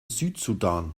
südsudan